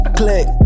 click